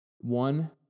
one